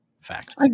fact